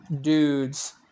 dudes